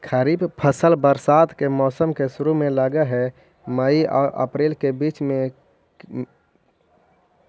खरीफ फसल बरसात के मौसम के शुरु में लग हे, मई आऊ अपरील के बीच में